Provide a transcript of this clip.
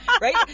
right